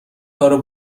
کارو